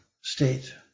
state